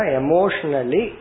emotionally